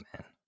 Man